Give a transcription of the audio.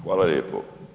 Hvala lijepo.